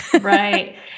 Right